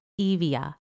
Evia